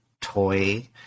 toy